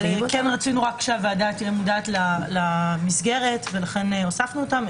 אבל כן רצינו שהוועדה תהיה מודעת למסגרת ולכן הוספנו אותן.